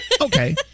Okay